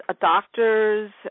doctor's